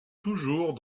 toujours